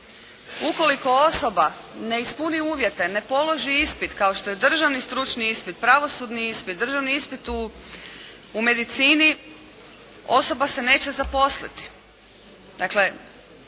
Ukoliko osoba ne ispuni uvjete, ne položi ispit kao što je državni stručni ispit, pravosudni ispit, državni ispit u medicini, osoba se neće zaposliti.